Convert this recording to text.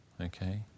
okay